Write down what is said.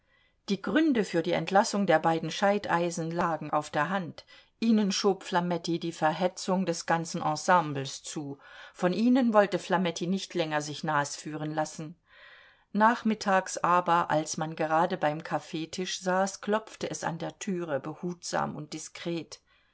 die gründe für die entlassung der beiden scheideisen lagen auf der hand ihnen schob flametti die verhetzung des ganzen ensembles zu von ihnen wollte flametti nicht länger sich nasführen lassen nachmittags aber als man gerade beim kaffeetisch saß klopfte es an der türe behutsam und diskret